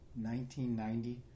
1990